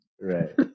Right